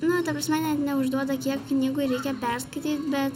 nu ta prasme net neužduoda kiek knygų reikia perskaityt bet